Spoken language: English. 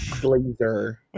blazer